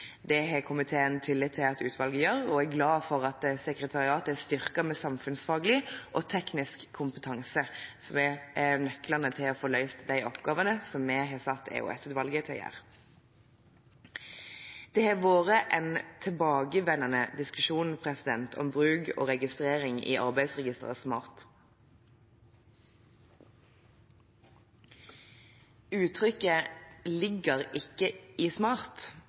Det har komiteen tillit til at utvalget gjør, og er glad for at sekretariatet er styrket med samfunnsfaglig og teknisk kompetanse, som er nøklene til å få løst de oppgavene vi har satt EOS-utvalget til å gjøre. Det har vært en tilbakevendende diskusjon om bruk og registrering i arbeidsregisteret Smart. Uttrykket «ligger ikke i Smart»